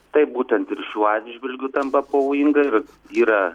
taip būtent šiuo atžvilgiu tampa pavojinga ir yra